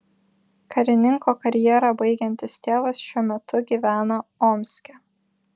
karininko karjerą baigiantis tėvas šiuo metu gyvena omske